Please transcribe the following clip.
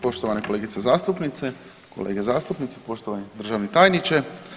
Poštovane kolegice zastupnice, kolege zastupnici, poštovani državni tajniče.